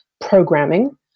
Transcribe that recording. programming